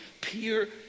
peer